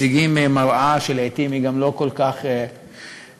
מציגים מראה שלעתים היא לא כל כך מעודדת,